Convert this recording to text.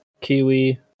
Kiwi